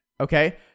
Okay